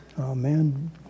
Amen